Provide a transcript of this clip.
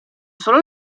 solo